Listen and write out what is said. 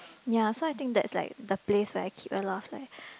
ya so I think that's like the place where I keep a lot of like